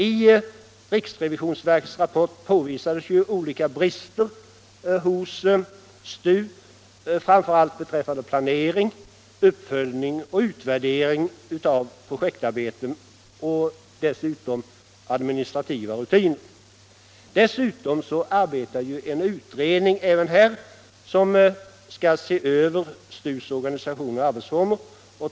I RRV:s rapport påvisades ju olika brister hos STU, framför allt beträffande planering, uppföljning och utvärdering av projektarbete samt administrativa rutiner. Dessutom arbetar en utredning, som skall se över STU:s organisation och arbetsformer.